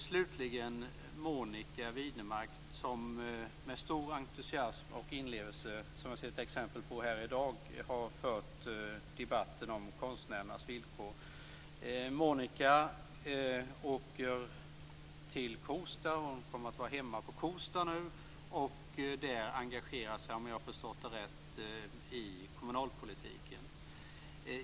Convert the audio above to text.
Slutligen vill jag tacka Monica Widnemark, som med stor entusiasm och inlevelse - vilket vi har sett exempel på här i dag - har fört debatten om konstnärernas villkor. Monica åker hem till Kosta och kommer där, om jag har förstått det rätt, att engagera sig i kommunalpolitiken.